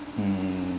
mm